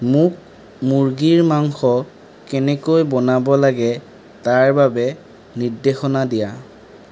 মোক মুৰ্গীৰ মাংস কেনেকৈ বনাব লাগে তাৰ বাবে নিৰ্দেশনা দিয়া